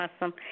Awesome